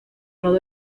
rodó